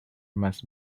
must